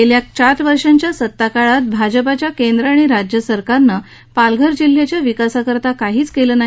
गेल्या चार वर्षाच्या सत्ताकाळात भाजपच्या केंद्र आणि राज्य सरकारनं पालघर जिल्ह्याच्या विकासासाठी काहीच केलं नाही